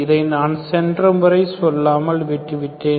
இதை நான் சென்ற முறை சொல்லாமல் விட்டுவிட்டேன்